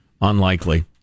unlikely